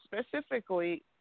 specifically